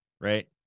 right